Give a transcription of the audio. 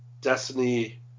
destiny